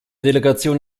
delegation